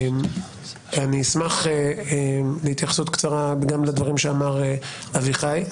אני אשמח להתייחסות קצרה גם לדברים שאמר אביחי.